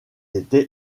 était